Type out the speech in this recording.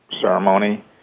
ceremony